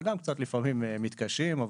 וגם קצת לפעמים מתקשים,